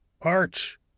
Arch